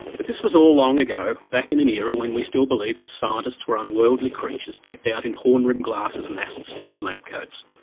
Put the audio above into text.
but this was all long ago, back in an era when we still believed that scientists were unworldly creatures decked out in horn rimmed glasses and acid stained lab coats,